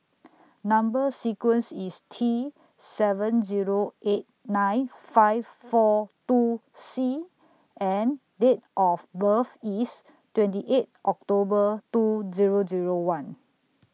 Number sequence IS T seven Zero eight nine five four two C and Date of birth IS twenty eight October two Zero Zero one